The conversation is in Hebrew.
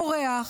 בורח,